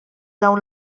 dawn